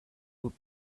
would